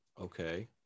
Okay